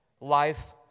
life